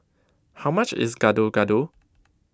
how much is Gado Gado